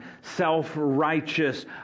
self-righteous